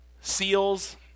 seals